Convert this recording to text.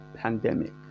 Pandemic